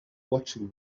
watching